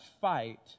fight